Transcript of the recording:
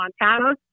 Montana